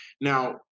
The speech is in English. Now